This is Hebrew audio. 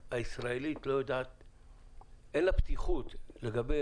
לבירוקרטיה הישראלית אין פתיחות לגבי